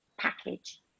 package